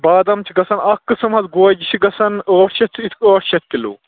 بادام چھِ گژھان اکھ قٕسٕم حظ گوجہِ چھِ گژھان ٲٹھ شَتھ ٲٹھ شَتھ کِلوٗ